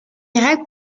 irak